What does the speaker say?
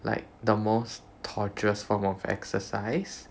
like the most torturous form of exercise